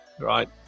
right